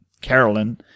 Carolyn